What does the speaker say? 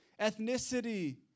Ethnicity